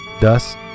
dust